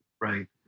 Right